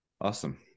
Awesome